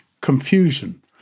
Confusion